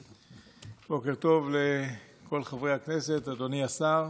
בוקר טוב לכל חברי הכנסת, לאדוני השר.